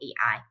AI